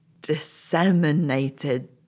disseminated